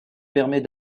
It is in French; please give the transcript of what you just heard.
permet